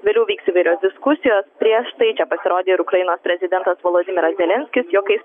vėliau vyks įvairios diskusijos prieš tai čia pasirodė ir ukrainos prezidentas volodymyras zelenskis juokais